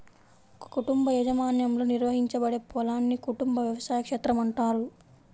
ఒక కుటుంబ యాజమాన్యంలో నిర్వహించబడే పొలాన్ని కుటుంబ వ్యవసాయ క్షేత్రం అంటారు